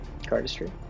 cardistry